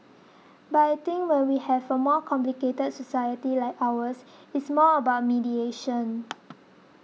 but I think when we have a more complicated society like ours it's more about mediation